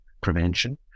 prevention